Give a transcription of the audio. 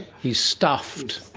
he's stuffed.